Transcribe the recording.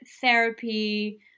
therapy